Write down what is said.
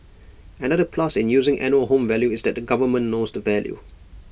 another plus in using annual home value is that the government knows the value